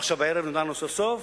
ועכשיו, הערב, נודע לנו סוף-סוף